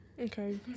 Okay